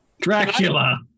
Dracula